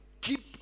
keep